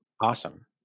awesome